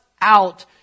out